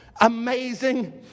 amazing